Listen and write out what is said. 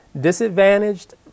disadvantaged